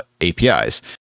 apis